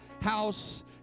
house